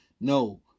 No